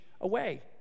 away